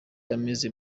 ameze